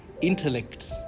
intellect